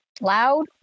loud